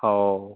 होव